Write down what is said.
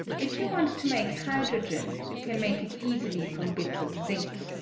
if you want to make hydrogen, you can make it easily from bits of zinc,